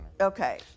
Okay